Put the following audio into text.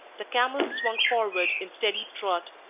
the camels swung forward in steady trot,